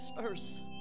verse